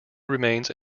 remains